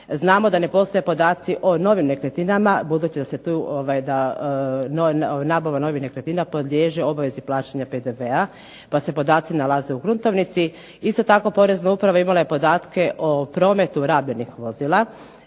Znamo da ne postoje podaci o novim nekretninama budući da nabava novih nekretnina podliježe obvezi plaćanja PDV-a pa se podaci nalaze u gruntovnici. Isto tako porezna uprava imala je podatke o prometu rabljenih vozila